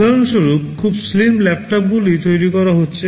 উদাহরণস্বরূপ খুব স্লিম ল্যাপটপগুলি তৈরি করা হচ্ছে